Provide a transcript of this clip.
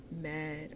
mad